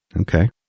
Okay